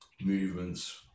movements